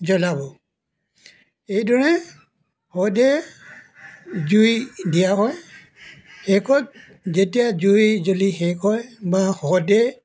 জ্ৱলাব এইদৰে শৱদেহ জুই দিয়া হয় শেষত যেতিয়া জুই জ্ৱলি শেষ হয় বা শৱদেহ